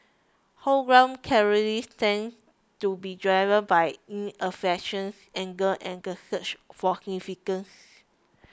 homegrown terrorism tends to be driven by disaffection anger and the search for significance